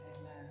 amen